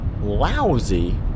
lousy